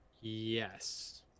Yes